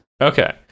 okay